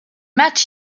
matchs